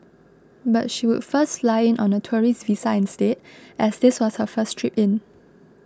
but she would first fly in on a tourist visa instead as this was her first trip in